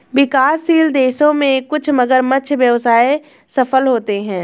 विकासशील देशों में कुछ मगरमच्छ व्यवसाय सफल होते हैं